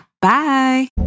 Bye